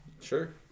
Sure